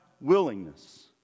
willingness